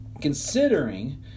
Considering